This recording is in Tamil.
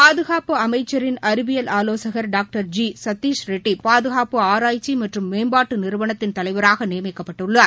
பாதுகாப்பு அமைச்சரின் அறிவியல் ஆவோசகர் டாக்டர் ஜி சத்தீஸ்ரெட்டி பாதுகாப்பு ஆராய்ச்சி மற்றும் மேம்பாட்டு நிறுவனத்தின் தலைவராக நியமிக்கப்பட்டள்ளார்